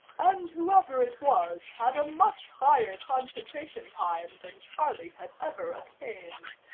and whoever it was had a much higher concentration time than charlie had ever attained.